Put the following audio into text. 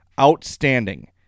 Outstanding